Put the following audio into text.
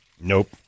Nope